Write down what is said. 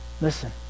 listen